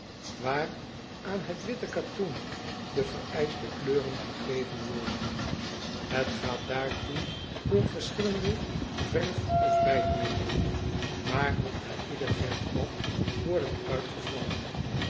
waar aan het witte katoen de vereischte kleuren gegeven worden et gaat daartoe door verschillende verw of bijtmiddelen maar moet na ieder verwbad worden uitgewrongen